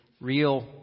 real